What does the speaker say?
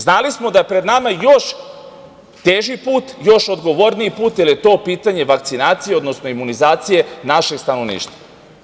Znali smo da pred nama još teži put, još odgovorniji put, jer je to pitanje vakcinacije, odnosno imunizacije našeg stanovništva.